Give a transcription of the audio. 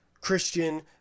Christian